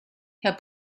herr